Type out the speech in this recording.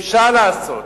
אפשר לעשות.